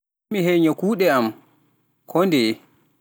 Mi hennya kuuɗe am koo ndeye.